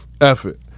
effort